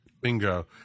Bingo